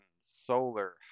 solar